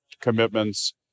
commitments